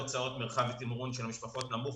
של המשפחות נמוך,